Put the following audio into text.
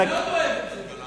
אתה מאוד אוהב את זה.